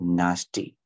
nasty